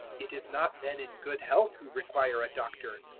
it is not men in good health who require a doctor,